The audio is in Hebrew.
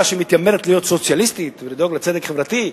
שמתיימרת להיות סוציאליסטית ולדאוג לצדק חברתי,